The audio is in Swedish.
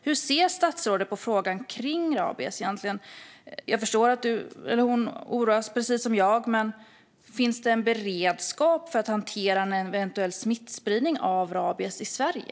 Hur ser statsrådet på rabiesfrågan? Jag förstår att hon liksom jag oroas, men finns det en beredskap för att hantera en eventuell smittspridning av rabies i Sverige?